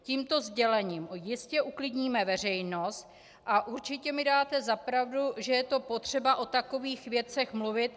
Tímto sdělením jistě uklidníme veřejnost a určitě mi dáte za pravdu, že je potřeba o takovýchto věcech mluvit.